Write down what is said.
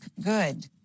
good